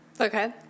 Okay